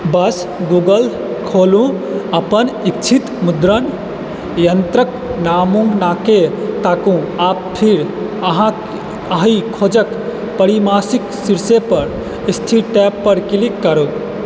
बस Google खोलू अपन इच्छित मुद्रण यन्त्रके नमूनाके ताकू आओर फेर ओहि खोजके परिणामके शीर्षपर स्थित टैबपर क्लिक करू